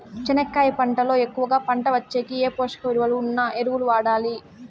చెనక్కాయ పంట లో ఎక్కువగా పంట వచ్చేకి ఏ పోషక విలువలు ఉన్న ఎరువులు వాడాలి?